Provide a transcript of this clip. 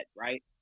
right